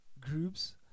groups